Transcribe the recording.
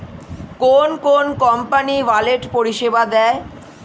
কোন কোন company wallet পরিষেবা দেয়?